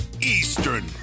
Eastern